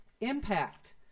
impact